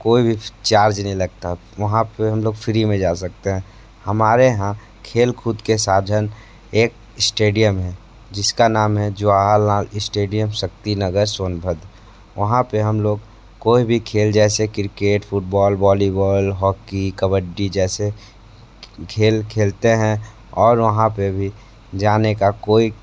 कोई भी चार्ज नहीं लगता वहाँ पर हम लोग फ़्री में जा सकते हैं हमारे यहाँ खेल कूद के साधन एक स्टेडियम है जिसका नाम है जवाहर लाल स्टेडियम शक्ति नगर सोनभद्र वहाँ पर हम लोग कोई भी खेल जैस cricket football volleyball hockey kabaddi जैसे खेल खेलते हैं और वहाँ पर भी जाने का कोई